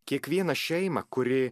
kiekvieną šeimą kuri